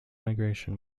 migration